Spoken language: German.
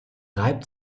reibt